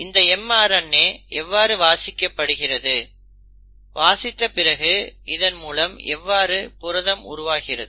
இந்த mRNA எவ்வாறு வாசிக்கப்படுகிறது வாசித்த பிறகு இதன் மூலம் எவ்வாறு புரதம் உருவாகிறது